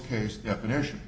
case definition